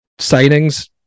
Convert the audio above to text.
signings